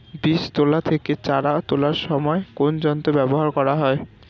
বীজ তোলা থেকে চারা তোলার সময় কোন যন্ত্র ব্যবহার করা হয়?